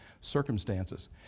circumstances